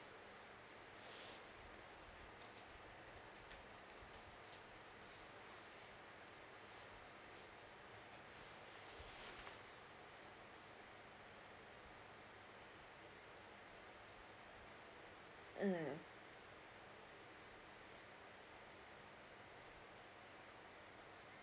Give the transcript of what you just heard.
mm